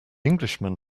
englishman